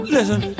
Listen